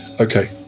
okay